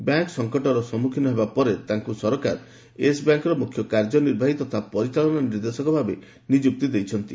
bank ସଂକଟର ସମ୍ମୁଖୀନ ହେବା ପରେ ତାଙ୍କୁ ସରକାର ୟେସ୍ ବ୍ୟାଙ୍କର ମୁଖ୍ୟ କାର୍ଯ୍ୟନିର୍ବାହୀ ତଥା ପରିଚାଳନା ନିର୍ଦ୍ଦେଶକ ଭାବେ ନିଯୁକ୍ତି ଦେଇଛନ୍ତି